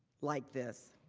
like this.